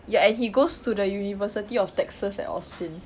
ya and he goes to the university of texas at austin